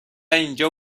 اینجا